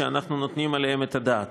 שאנחנו נותנים עליהם את הדעת.